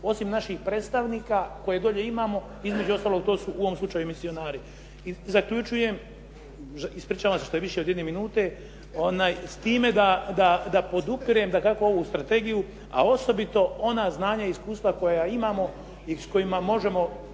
osim naših predstavnika koje dolje imamo, između ostalog to su u ovom slučaju misionari. Zaključujem. Ispričavam se što je više od jedne minute, s time da podupirem dakako ovu strategiju, a osobito ona znanja i iskustva koja imamo i s kojima možemo